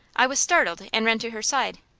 i was startled, and ran to her side.